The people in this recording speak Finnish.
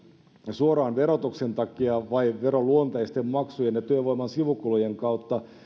suoraan verotuksen takia vai veroluonteisten maksujen ja työvoiman sivukulujen kautta